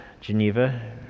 Geneva